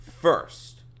first